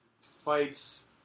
fights